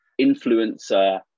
influencer